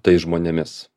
tais žmonėmis